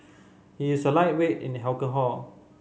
he is a lightweight in the alcohol